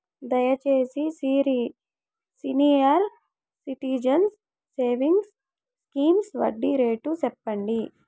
దయచేసి senior citizens savings scheme వడ్డీ rate సెప్పండి